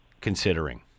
considering